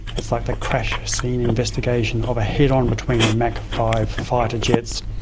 it's like the crash scene investigation of a head-on between mach five fighter jets.